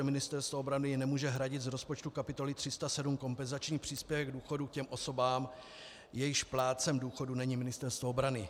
Ministerstvo obrany nemůže hradit z rozpočtu kapitoly 307 kompenzační příspěvek k důchodu těm osobám, jejichž plátcem důchodu není Ministerstvo obrany.